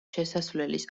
შესასვლელის